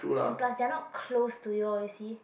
and plus they are not close to your you see